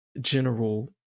general